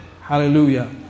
Hallelujah